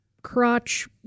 crotch